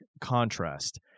contrast